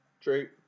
True